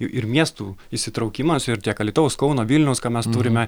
ir miestų įsitraukimas ir tiek alytaus kauno vilniaus ką mes turime